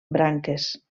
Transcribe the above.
branques